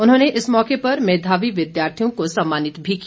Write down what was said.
उन्होंने इस मौके पर मेधावी विद्यार्थियों को सम्मानित भी किया